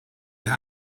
der